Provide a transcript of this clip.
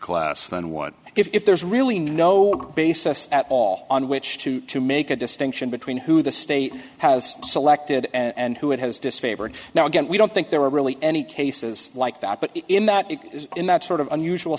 class then what if there's really no basis at all on which to to make a distinction between who the state has selected and who it has disfavored now again we don't think there were really any cases like that but in that it is in that sort of unusual